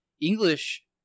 english